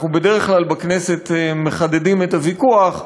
אנחנו בדרך כלל בכנסת מחדדים את הוויכוח,